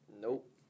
Nope